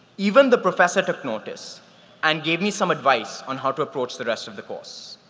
even the professor took notice and gave me some advice on how to approach the rest of the course.